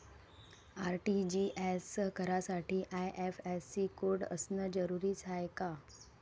RTGS करासाठी IFSC code असनं जरुरीच हाय का?